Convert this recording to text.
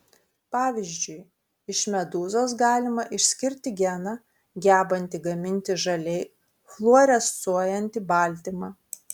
pavyzdžiui iš medūzos galima išskirti geną gebantį gaminti žaliai fluorescuojantį baltymą